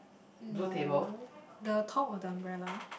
no the top of the umbrella